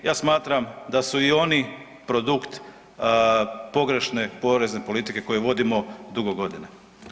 Ja smatram da su i oni produkt pogrešne porezne politike koju vodimo dugo godina.